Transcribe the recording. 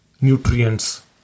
nutrients